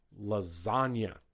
lasagna